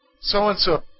So-and-so